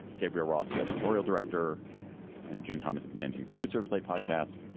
gabriel roth is editorial director and june thomas is managing producer of slate podcast.